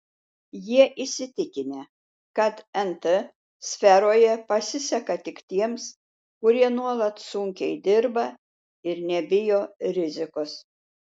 jie įsitikinę kad nt sferoje pasiseka tik tiems kurie nuolat sunkiai dirba ir nebijo rizikos